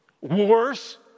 wars